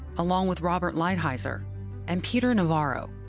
along with robert lighthizer and peter navarro,